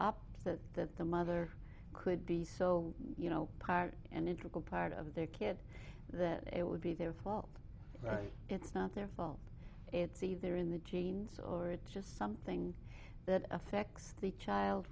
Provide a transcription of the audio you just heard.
up that that the mother could be so you know part and integral part of their kid that it would be their fault right it's not their fault it's either in the genes or it's just something that affects the child